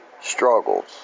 struggles